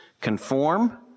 conform